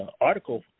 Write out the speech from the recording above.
article